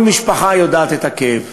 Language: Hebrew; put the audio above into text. כל משפחה יודעת את הכאב.